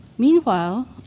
Meanwhile